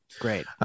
Great